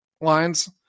lines